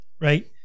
right